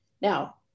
Now